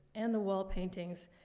and the wall paintings,